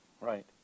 Right